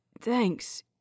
thanks